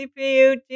CPU